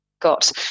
got